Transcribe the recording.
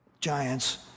giants